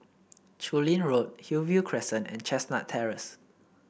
Chu Lin Road Hillview Crescent and Chestnut Terrace